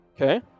Okay